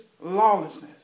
lawlessness